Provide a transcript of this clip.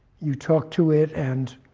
you talk to it and